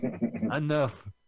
Enough